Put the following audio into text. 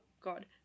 god